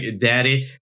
daddy